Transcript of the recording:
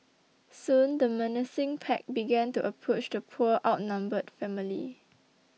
soon the menacing pack began to approach the poor outnumbered family